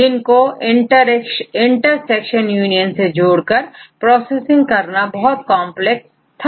जिनको intersection union से जोड़कर प्रोसेसिंग करना बहुत कॉन्प्लेक्स था